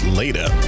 later